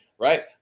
right